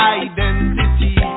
identity